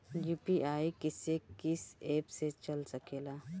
UPI किस्से कीस app से चल सकेला?